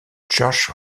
church